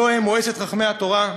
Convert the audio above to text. הלוא הם מועצת חכמי התורה,